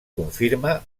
confirma